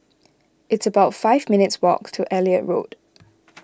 it's about five minutes' walk to Elliot Road